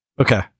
Okay